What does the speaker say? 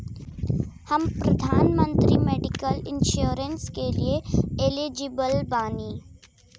हम प्रधानमंत्री medical insurance के लिए एलिजिबल बानी?